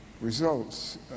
results